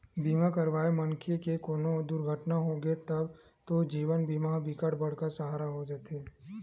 बीमा करवाए मनखे के कोनो दुरघटना होगे तब तो जीवन बीमा ह बिकट बड़का सहारा हो जाते